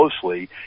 closely